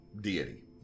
deity